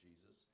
Jesus